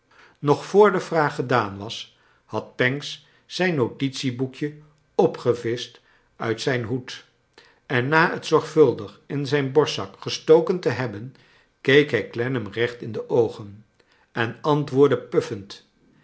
nog voor de vraag gedaan was had pancks zijn notitieboekje opgevisclit uit zijn hoed en na het zorgvuldig in zijn borstzak ges token te hebben keek hij clennam recht in de oogen en antwoordde puff end